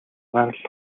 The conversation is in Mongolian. гарал